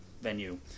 venue